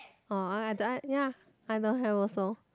orh i i do i ya I don't have also